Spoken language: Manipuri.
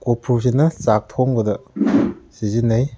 ꯀꯣꯔꯐꯨꯁꯤꯅ ꯆꯥꯛ ꯊꯣꯡꯕꯗ ꯁꯤꯖꯤꯟꯅꯩ